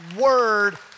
word